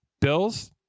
Bills